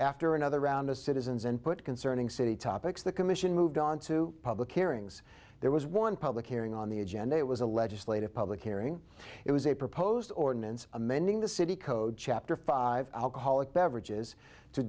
after another round of citizens and put concerning city topics the commission moved on to public hearings there was one public hearing on the agenda it was a legislative public hearing it was a proposed ordinance amending the city code chapter five alcoholic beverages to